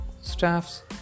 staffs